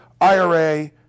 IRA